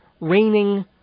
raining